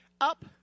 Up